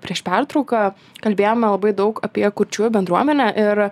prieš pertrauką kalbėjome labai daug apie kurčiųjų bendruomenę ir